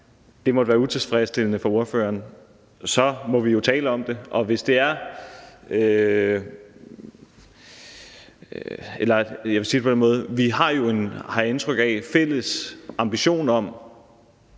nu, måtte være utilfredsstillende for ordføreren, så må vi jo tale om det. Jeg vil sige det på den måde,